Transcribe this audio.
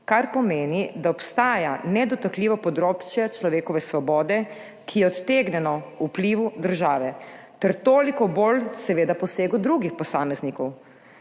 kar pomeni, da obstaja nedotakljivo področje človekove svobode, ki je odtegnjeno vplivu države ter toliko bolj seveda posegu drugih posameznikov.